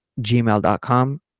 gmail.com